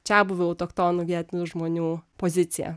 čiabuvių autochtonų vietinių žmonių poziciją